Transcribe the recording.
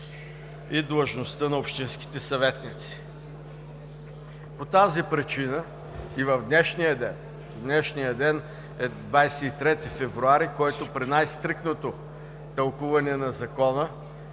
и длъжността на общинските съветници? По тази причина и в днешния ден, а днешният ден е 23 февруари, който при най-стриктното тълкуване на Закона,